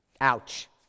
Ouch